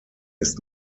ist